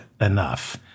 enough